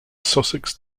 sussex